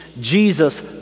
Jesus